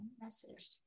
Message